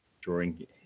drawing